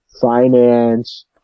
finance